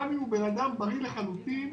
גם אם הוא בן-אדם בריא לחלוטין,